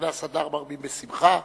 משנכנס אדר מרבים בשמחה,